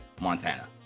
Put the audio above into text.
montana